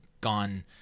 gone